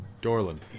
Dorland